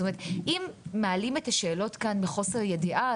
זאת אומרת אם מעלים את השאלות כאן מחוסר ידיעה,